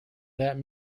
that